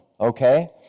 okay